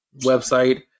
website